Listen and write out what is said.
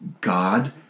God